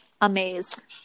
amazed